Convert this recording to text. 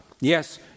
Yes